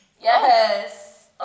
yes